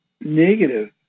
negative